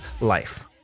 life